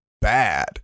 bad